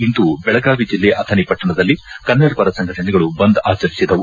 ಇಂದು ಬೆಳಗಾವಿ ಜಿಲ್ಲೆ ಅಥಣಿ ಪಟ್ಟಣದಲ್ಲಿ ಕನ್ನಡಪರ ಸಂಘಟನೆಗಳು ಬಂದ್ ಆಚರಿಸಿದವು